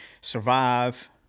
survive